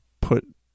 put